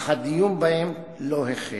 אך הדיון בהן לא החל.